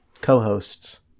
co-hosts